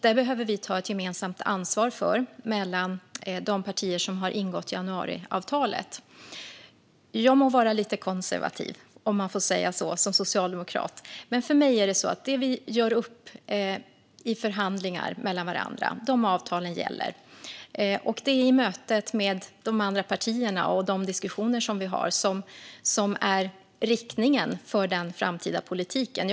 Det behöver vi partier som har ingått januariavtalet ta ett gemensamt ansvar för. Jag må vara lite konservativ, om man får säga så som socialdemokrat, men för mig är det de avtal som vi gör upp i förhandlingar med varandra som gäller. Och det är mötet med de andra partierna och de diskussioner som vi har som ger riktningen för den framtida politiken.